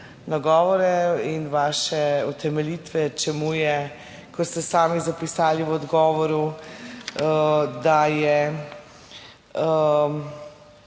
in vaše utemeljitve, čemu je, kot ste sami zapisali v odgovoru, da je